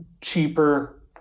cheaper